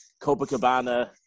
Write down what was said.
Copacabana